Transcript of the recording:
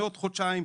מעוד חודשיים,